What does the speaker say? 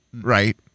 right